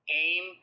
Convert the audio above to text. aim